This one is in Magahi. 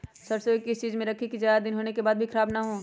सरसो को किस चीज में रखे की ज्यादा दिन होने के बाद भी ख़राब ना हो?